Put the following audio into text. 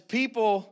people